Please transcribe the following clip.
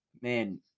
man